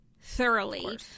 thoroughly